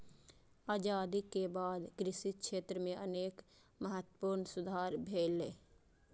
आजादी के बाद कृषि क्षेत्र मे अनेक महत्वपूर्ण सुधार भेलैए